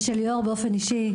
ושל ליאור באופן אישי,